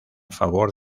favor